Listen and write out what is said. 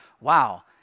wow